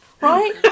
Right